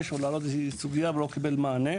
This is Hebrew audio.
או להעלות איזושהי סוגיה ולא קיבל מענה,